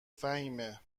فهیمه